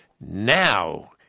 Now